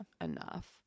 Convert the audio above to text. enough